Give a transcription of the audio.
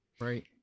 right